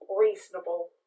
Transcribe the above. reasonable